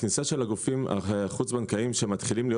הכניסה של הגופים החוץ בנקאיים שמתחילים להיות